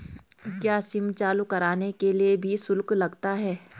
क्या सिम चालू कराने के लिए भी शुल्क लगता है?